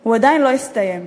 הוא עדיין לא הסתיים.